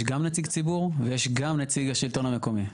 יש גם נציג ציבור ויש גם נציג השלטון המקומי.